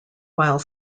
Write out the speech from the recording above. while